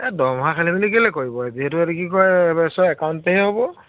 এই দৰমহা খালী কেলৈ কৰিব যিহেতু এতিয়া কি কয় একাউণ্টেহে হ'ব